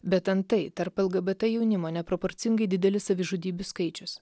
bet antai tarp lgbt jaunimo neproporcingai didelis savižudybių skaičius